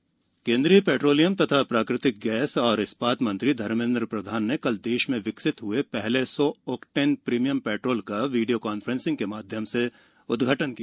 premium petrol केन्द्रीय petroleum तथा प्राकृतिक गैस और इस्पात मंत्री धर्मेन्द्र प्रधान ने कल देश में विकसित हए पहले सौ ओकटेन प्रीमियम पेट्रोल का वीडियो कांफ्रेंसिंग के माध्यम से उदघाटन किया